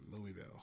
Louisville